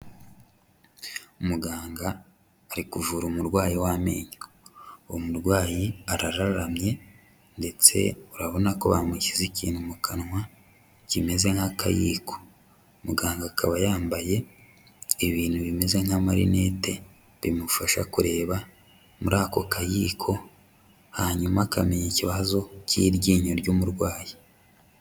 Muganga ari kuvura umurwayi w'amenyo. Uwo murwayi arararamye ndetse urabona ko bamushyize ikintu mu kanwa kimeze nk'akayiko. Muganga akaba yambaye ibintu bimeze nk'amarinete bimufasha kureba muri ako kayiko, hanyuma akamenya ikibazo cy'iryinyo ry'umurwayi.